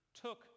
took